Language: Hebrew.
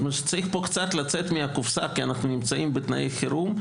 צריך קצת לצאת מהקופסה כי אנחנו נמצאים בתנאי חירום,